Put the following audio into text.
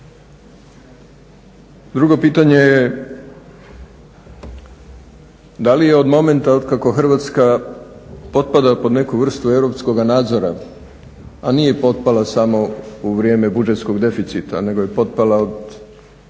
Drugo pitanje je da li je od momenta otkako Hrvatska potpada pod neku vrstu europskoga nadzora a nije potpala samo u vrijeme buđetskog deficita nego je potpala od,